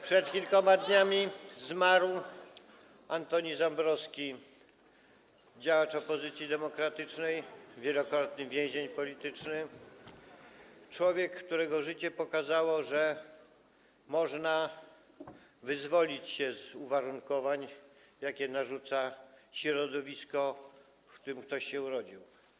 Przed kilkoma dniami zmarł Antoni Zambrowski, działacz opozycji demokratycznej, wielokrotny więzień polityczny, człowiek, którego życie pokazało, że można wyzwolić się z uwarunkowań, jakie narzuca środowisko, w którym ktoś się urodził.